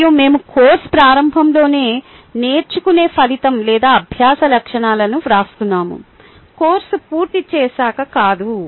మరియు మేము కోర్సు ప్రారంభంలోనే నేర్చుకునే ఫలితం లేదా అభ్యాస లక్ష్యాలను వ్రాస్తున్నాము కోర్సు పూర్తి చేశాక కాదు